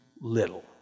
little